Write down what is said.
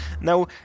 Now